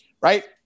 right